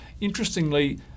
Interestingly